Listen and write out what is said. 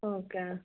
okay